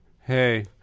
Hey